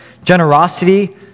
generosity